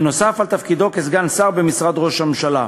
נוסף על תפקידו כסגן שר במשרד ראש הממשלה.